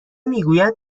میگوید